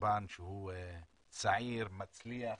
קורבן שהוא צעיר, מצליח,